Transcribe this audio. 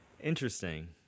interesting